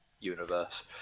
universe